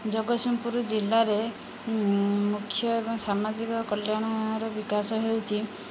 ଜଗତସିଂହପୁର ଜିଲ୍ଲାରେ ମୁଖ୍ୟ ଏବଂ ସାମାଜିକ କଲ୍ୟାଣର ବିକାଶ ହେଉଛି